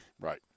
Right